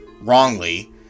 wrongly